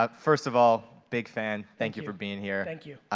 ah first of all, big fan. thank you for being here. thank you.